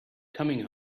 coming